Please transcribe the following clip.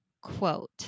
quote